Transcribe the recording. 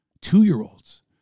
two-year-olds